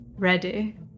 Ready